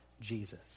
Jesus